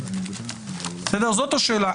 זאת השאלה,